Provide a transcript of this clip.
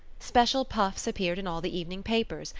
special puffs appeared in all the evening papers,